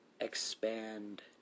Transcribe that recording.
expand